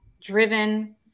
driven